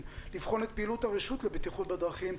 לבחון את פעילות הרשות לבטיחות בדרכים,